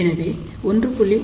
எனவே 1